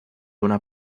una